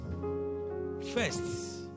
first